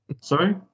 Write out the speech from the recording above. Sorry